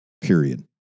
period